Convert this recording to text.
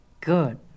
Good